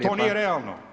To nije realno.